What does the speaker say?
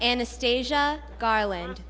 anastasia garland